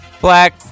Black